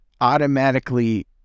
automatically